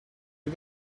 did